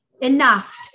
enough